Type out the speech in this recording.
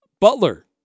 Butler